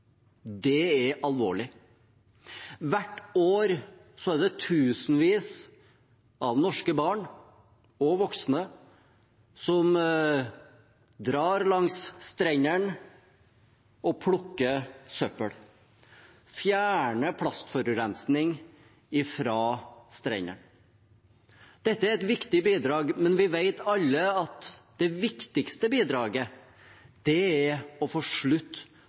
Det er alvorlig. Hvert år er det tusenvis av norske barn og voksne som drar langs strendene og plukker søppel, fjerner plast fra strendene. Dette er et viktig bidrag, men vi vet alle at det viktigste bidraget er å få slutt